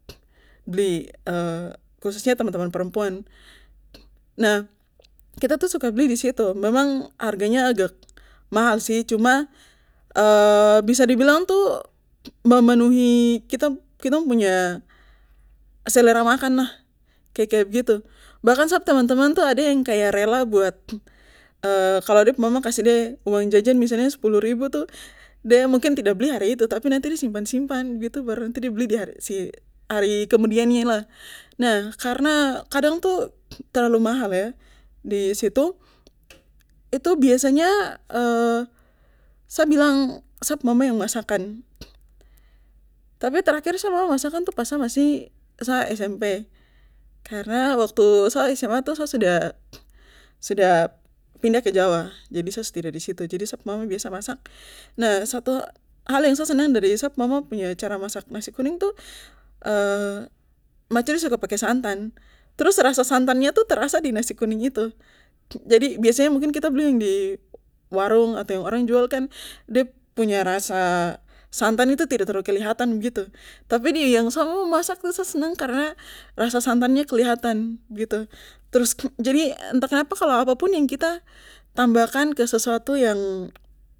Bli khususnya teman teman perempuan nah kita tuh suka beli disitu memang harganya agak mahal sih cuma bisa di bilang tuh memenuhi kitong kitong punya selera makanlah kaya kaya begitu bahkan sap teman teman tuh ada yang kaya rela buat kalo dep mama kasih de uang jajan kalo misalnya sepuluh ribu tuh de mungkin tidak beli hari itu tapi nanti de simpan simpan begitu baru nanti de beli di hari hari kemudiannyalah nah karna kadang tuh terlalu mahal yah disitu itu biasanya sa bilang sa pu mama yang masakan tapi trakir sa mama masakan itu pas sa masih sa SMP karna waktu sa SMA itu sa sudah sudah pindah ke jawa jadi sa su tidak disitu jadi sa pu mama biasa masak nah satu hal yang sa senang dari sa pu mama punya cara masak nasi kuning tu mace de suka pake santan trus rasa santannya itu terasa di nasi kuning itu jadi biasanya mungkin kita beli yang di warung atau orang jual kan dep punya rasa santan itu tidak terlalu kelihatan begitu tapi di yang sa mama masak tuh sa senang karna rasa santannya kelihatan begitu trus jadi entah kenapa kalo apapun yang kita tambahkan ke sesuatu yang